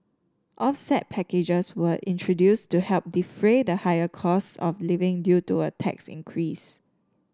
offset packages were introduced to help defray the higher costs of living due to a tax increase